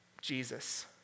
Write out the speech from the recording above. Jesus